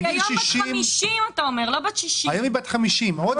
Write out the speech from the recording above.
אתה אומר שהיא היום בת 50. היא היום בת 50. היא